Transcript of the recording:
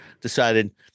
decided –